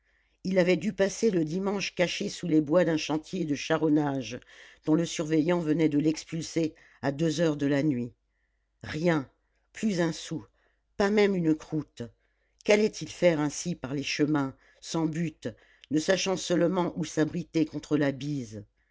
il avait dû passer le dimanche caché sous les bois d'un chantier de charronnage dont le surveillant venait de l'expulser à deux heures de la nuit rien plus un sou pas même une croûte qu'allait-il faire ainsi par les chemins sans but ne sachant seulement où s'abriter contre la bise